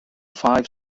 five